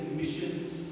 missions